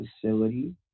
Facility